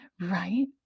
right